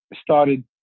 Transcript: started